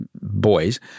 boys